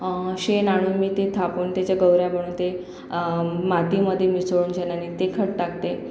शेण आणून मी ते थापून त्याच्या गवऱ्या बनवते मातीमध्ये मिसळून शेणाने ते खत टाकते